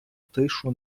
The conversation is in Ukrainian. тишу